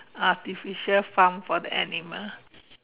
artificial farm for the animal